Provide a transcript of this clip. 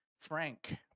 Frank